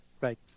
right